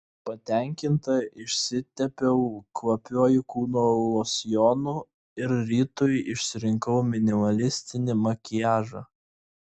patenkinta išsitepiau kvapiuoju kūno losjonu ir rytui išsirinkau minimalistinį makiažą